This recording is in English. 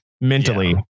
mentally